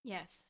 Yes